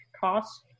cost